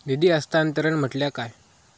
निधी हस्तांतरण म्हटल्या काय?